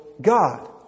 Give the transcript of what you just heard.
God